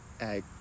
egg